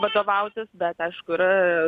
vadovautis bet aišku yra